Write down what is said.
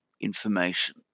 information